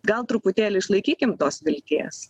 gal truputėlį išlaikykim tos vilties